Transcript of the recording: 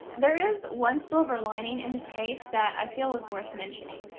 there is one silver lining in this case that i feel is worth mentioning.